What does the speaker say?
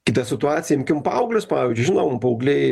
kita situacija imkim paauglius pavyzdžiui žinom paaugliai